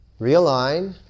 realign